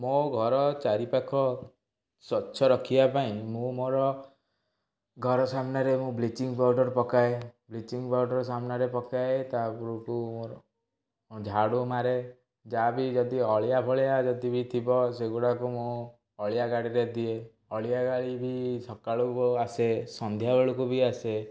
ମୋ ଘର ଚାରିପାଖ ସ୍ୱଚ୍ଛ ରଖିବା ପାଇଁ ମୁଁ ମୋର ଘର ସାମ୍ନାରେ ମୁଁ ବ୍ଲିଚିଙ୍ଗ୍ ପାଉଡ଼ର୍ ପକାଏ ବ୍ଲିଚିଙ୍ଗ୍ ପାଉଡ଼ର୍ ସାମ୍ନାରେ ପକାଏ ତାପରକୁ ମୋର ଝାଡ଼ୁ ମାରେ ଯାହାବି ଯଦି ଅଳିଆଫଳିଆ ଯଦି ବି ଥିବ ସେଗୁଡ଼ାକୁ ମୁଁ ଅଳିଆ ଗାଡ଼ିରେ ଦିଏ ଅଳିଆ ଗାଡ଼ି ବି ସକାଳୁ ଆସେ ସନ୍ଧ୍ୟାବେଳ କୁ ବି ଆସେ